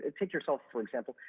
ah take yourself for example.